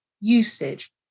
usage